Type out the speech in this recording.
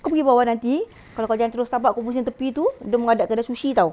kau pergi bawah nanti kalau kau jalan terus car park kau pusing tepi tu dia menghadap tere~ sushi tahu